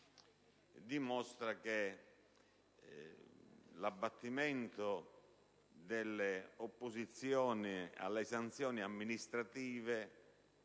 dimostra l'abbattimento delle opposizioni alle sanzioni amministrative,